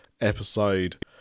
episode